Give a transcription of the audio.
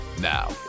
now